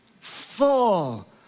full